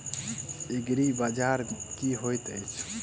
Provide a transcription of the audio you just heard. एग्रीबाजार की होइत अछि?